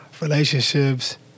relationships